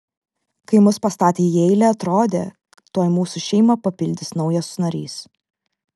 kai mus pastatė į eilę atrodė tuoj mūsų šeimą papildys naujas narys